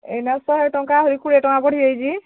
ଏଇନା ଶହେ ଟଙ୍କା ହେଇ କୋଡ଼ିଏ ଟଙ୍କା ବଢ଼ି ଯାଇଛି